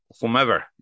whomever